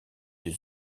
deux